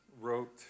wrote